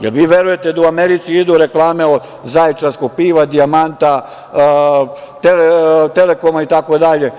Jel vi verujete da u Americi idu reklame Zaječarskog piva, Dijamanta, Telekoma itd?